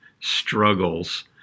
struggles